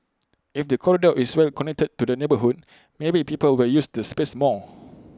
if the corridor is well connected to the neighbourhood maybe people will use the space more